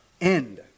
end